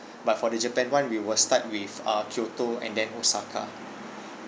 but for the japan [one] we will start with uh kyoto and then osaka